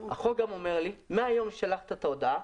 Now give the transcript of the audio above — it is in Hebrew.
החוק גם אומר לי: מיום ששלחת את ההודעה,